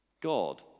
God